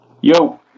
Yo